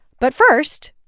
but, first,